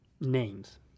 names